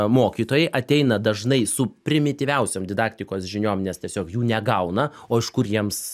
mokytojai ateina dažnai su primityviausiom didaktikos žiniom nes tiesiog jų negauna o iš kur jiems